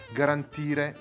garantire